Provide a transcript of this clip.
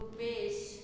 Rupesh